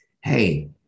hey